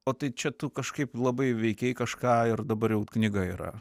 o tai čia tu kažkaip labai veikei kažką ir dabar jau knyga yra